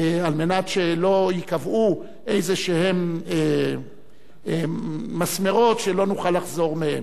על מנת שלא ייקבעו מסמרות כלשהם שלא נוכל לחזור מהם.